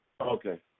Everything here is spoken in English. Okay